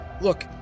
Look